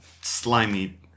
slimy